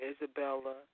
Isabella